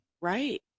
Right